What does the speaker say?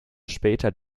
später